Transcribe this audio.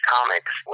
Comics